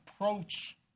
approach